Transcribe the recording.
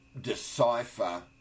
decipher